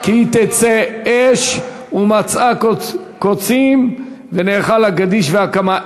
כי תצא אש ומצאה קוצים ונאכל גדיש או הקמה,